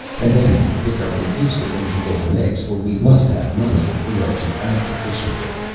and then we pick up your goose that lays the golden eggs, for we must have money if we are to act efficiently.